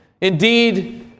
Indeed